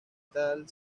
tal